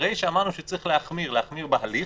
הרי שאמרנו שצריך להחמיר בהליך,